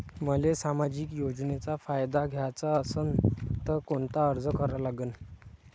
मले सामाजिक योजनेचा फायदा घ्याचा असन त कोनता अर्ज करा लागन?